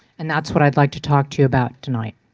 and that's what i would like to talk to you about tonight.